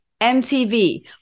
MTV